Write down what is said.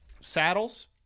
saddles